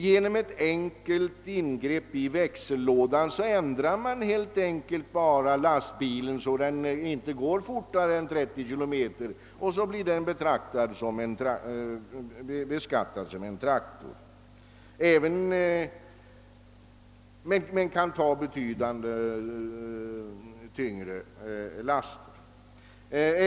Genom ett enkelt ingrepp i växellådan ändrar man lastbilen så, att den inte kan köras fortare än 30 km per timme. Därefter blir den beskattad som traktor, men kan ta betydligt tyngre laster än en sådan.